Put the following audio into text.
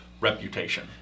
reputation